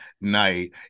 night